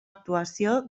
actuació